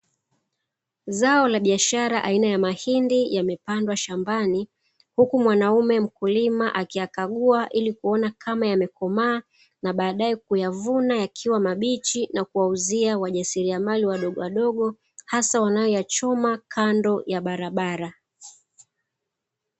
Zao la biashara aina ya mahindi yamepandwa shambani, huku mwanaume mkulima akiyakagua ili kuona kama yanakomaa, na baadae kuyavuna yakiwa mabichi na kuwauzia wajasiriamali wadogo wadogo hasa wanayoyachuma kando ya barabara.